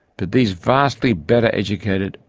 but these vastly better educated,